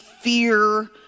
fear